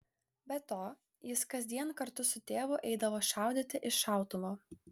be to jis kasdien kartu su tėvu eidavo šaudyti iš šautuvo